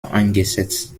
eingesetzt